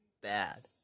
bad